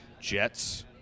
Jets